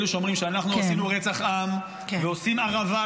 אלה שאומרים שאנחנו עשינו רצח עם ועושים הרעבה,